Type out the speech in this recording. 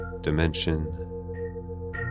dimension